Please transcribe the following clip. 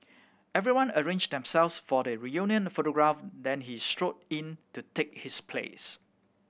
everyone arranged themselves for the reunion photograph then he strode in to take his place